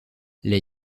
les